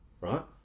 right